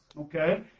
okay